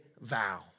vow